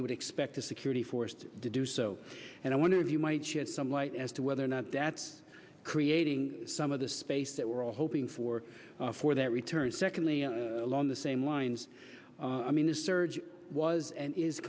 you would expect a security force to do so and i wonder if you might shed some light as to whether or not that's creating some of the space that we're all hoping for for that return secondly along the same lines i mean this surge was and is